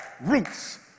Roots